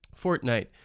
Fortnite